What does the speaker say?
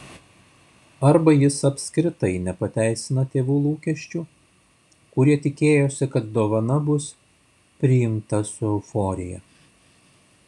arba jis apskritai nepateisina tėvų lūkesčių kurie tikėjosi kad dovana bus priimta su euforija